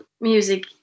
music